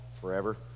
forever